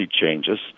changes